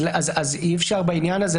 אז אי-אפשר בעניין הזה,